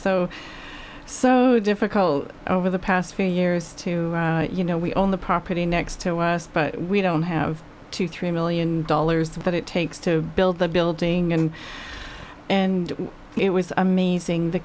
so so difficult over the past few years to you know we own the property next to us but we don't have to three million dollars that it takes to build the building and it was amazing the